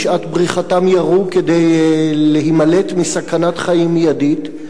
ובשעת בריחתם ירו כדי להימלט מסכנת חיים מיידית.